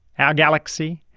our galaxy,